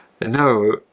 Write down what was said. no